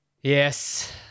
Yes